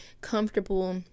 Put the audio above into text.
comfortable